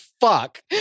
fuck